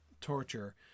torture